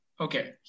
Okay